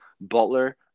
Butler